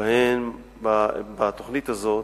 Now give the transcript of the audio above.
שבתוכנית הזו